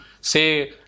say